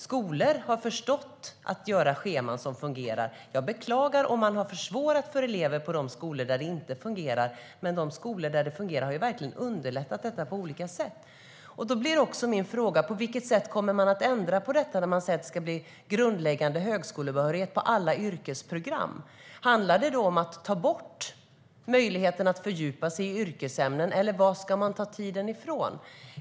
Skolor har förstått att göra scheman som fungerar. Jag beklagar om man har försvårat för elever på de skolor där det inte fungerar. Men de skolor där det fungerar har underlättat detta på olika sätt. Mina frågor blir: På vilket sätt kommer man att ändra på detta när man säger att det kommer att bli grundläggande högskolebehörighet på alla yrkesprogram? Handlar det om att ta bort möjligheten att fördjupa sig i yrkesämnen, eller var ska man ta tiden ifrån?